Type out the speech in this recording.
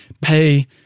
Pay